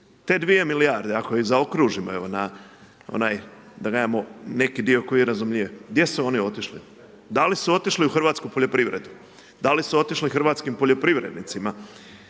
Te 2 milijarde, ako ih zaokružimo na onaj da kažemo neki dio koji je razumljivi, gdje su oni otišli? Da li su otišli u hrvatsku poljoprivredu, da li su otišli hrvatskim poljoprivrednicima?